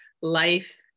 life